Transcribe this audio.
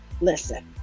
listen